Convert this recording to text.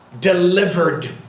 delivered